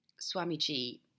Swamiji